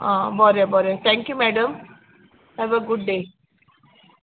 आ बोरें बोरें thank you madam have a good day